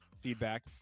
feedback